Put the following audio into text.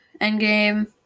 Endgame